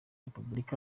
repubulika